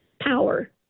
power